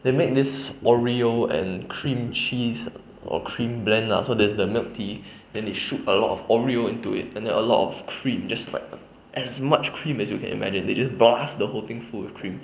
they make this oreo and cream cheese or cream blend ah so there's the milk tea then they shoot a lot of oreo into it and then a lot of cream just like as much cream as you can imagine they just blast the whole thing full with cream